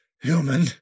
human